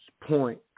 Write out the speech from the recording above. point